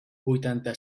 vuitanta